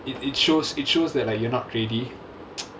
it it shows it shows that like you're not ready